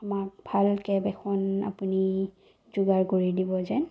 আমাক ভাল কেব এখন আপুনি যোগাৰ কৰি দিব যেন